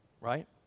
right